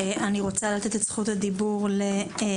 אני רוצה לתת את זכות הדבור להלל